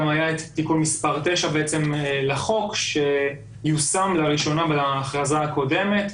גם היה את תיקון מספר 9 לחוק שיושם לראשונה בהכרזה הקודמת,